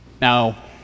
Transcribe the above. Now